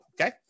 Okay